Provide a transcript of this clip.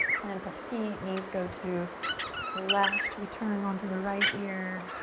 plant the feet, knees go to the left. we turn onto the right ear.